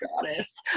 goddess